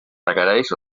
requereix